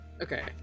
Okay